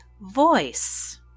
voice